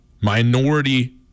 minority